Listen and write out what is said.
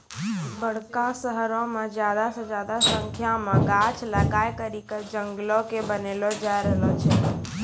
बड़का शहरो मे ज्यादा से ज्यादा संख्या मे गाछ लगाय करि के जंगलो के बनैलो जाय रहलो छै